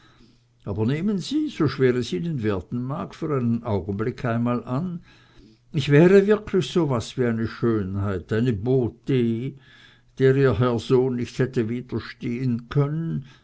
aber nehmen sie so schwer es ihnen werden mag für einen augenblick einmal an ich wäre wirklich so was wie eine schönheit eine beaut der ihr herr sohn nicht hätte widerstehen können